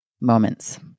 moments